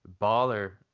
baller